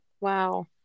Wow